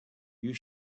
you